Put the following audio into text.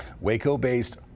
Waco-based